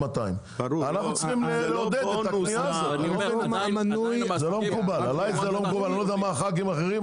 גם נגישות למרכז וגם לייצר חיבור בין כל חלקי הארץ,